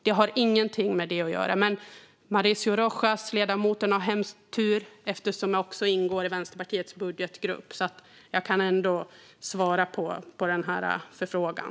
Detta har ingenting med det att göra, men ledamoten Mauricio Rojas har stor tur då jag ingår i Vänsterpartiets budgetgrupp och ändå kan svara på frågan.